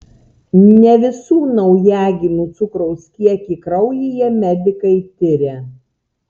ne visų naujagimių cukraus kiekį kraujyje medikai tiria